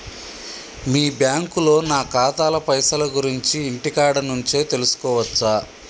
మీ బ్యాంకులో నా ఖాతాల పైసల గురించి ఇంటికాడ నుంచే తెలుసుకోవచ్చా?